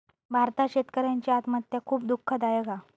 भारतात शेतकऱ्यांची आत्महत्या खुप दुःखदायक हा